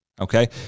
okay